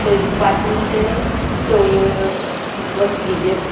पय वांटून ते शेवयो मशगेचेर